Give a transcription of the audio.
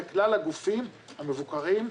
וכלל הגופים המבוקרים.